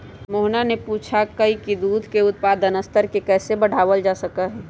मोहना ने पूछा कई की दूध के उत्पादन स्तर के कैसे बढ़ावल जा सका हई?